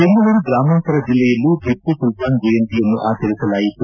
ಬೆಂಗಳೂರು ಗ್ರಾಮಾಂತರ ಜಿಲ್ಲೆಯಲ್ಲೂ ಟಿಪ್ಪು ಸುಲ್ತಾನ್ ಜಯಂತಿಯನ್ನು ಆಚರಿಸಲಾಯಿತು